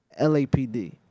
LAPD